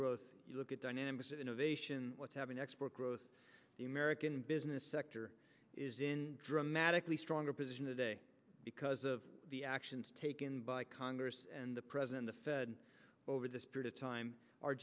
growth you look at dynamics innovation what's happening export growth the american business sector is in dramatically stronger position today because of the actions taken by congress and the president the fed over this period of time our